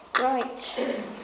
Right